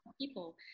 people